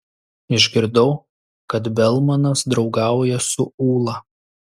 išgirdau kad belmanas draugauja su ūla